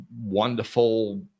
Wonderful